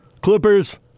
Clippers